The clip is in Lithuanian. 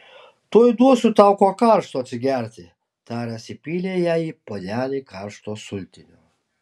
tuoj duosiu tau ko karšto atsigerti taręs įpylė jai į puodelį karšto sultinio